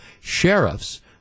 sheriffs